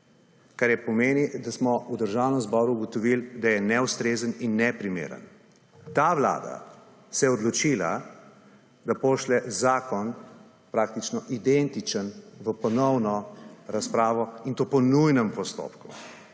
kar pomeni, da smo v Državnem zboru ugotovili, da je neustrezen in neprimeren. Ta Vlada se je odločila, da pošlje zakon praktično identičen v ponovno razpravo in to po nujnem postopku.